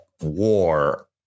war